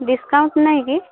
discount ନାହିଁ କି